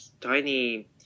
tiny